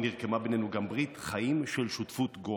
נרקמה ביננו גם ברית חיים של שותפות גורל.